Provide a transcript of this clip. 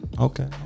Okay